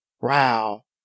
Wow